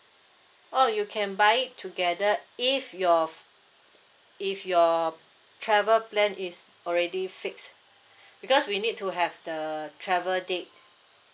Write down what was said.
oh you can buy it together if your f~ if your travel plan is already fixed because we need to have the travel date